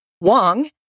Wong